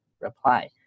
reply